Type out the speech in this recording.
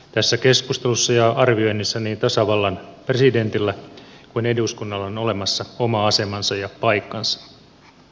tässä keskustelussa ja arvioinnissa niin tasavallan presidentillä kuin eduskunnalla on olemassa oma asemansa ja paikkansa